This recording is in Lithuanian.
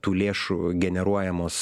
tų lėšų generuojamos